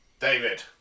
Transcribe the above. David